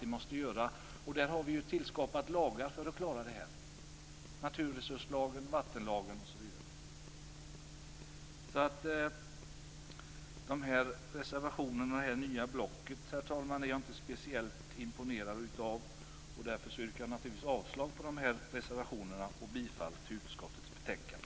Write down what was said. Det har stiftats lagar för att klara den situationen - naturresurslagen, vattenlagen osv. Herr talman! Jag är inte speciellt imponerad av de nya reservationerna i det nya blocket. Därför yrkar jag naturligtvis avslag på reservationerna och bifall till utskottets hemställan i betänkandet.